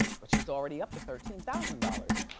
but she's already up to thirteen thousand dollars.